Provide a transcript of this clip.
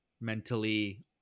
mentally